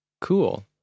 Cool